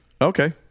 Okay